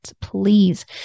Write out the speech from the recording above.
please